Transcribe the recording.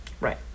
Right